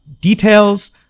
details